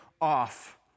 off